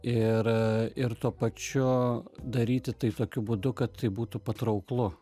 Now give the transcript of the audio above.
ir ir tuo pačiu daryti tai tokiu būdu kad tai būtų patrauklu